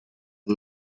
and